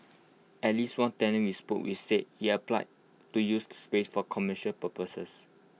at least one tenant we spoke with said he had applied to use space for commercial purposes